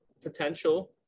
potential